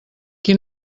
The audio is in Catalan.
qui